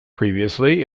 previously